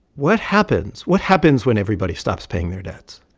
what happens what happens when everybody stops paying their debts?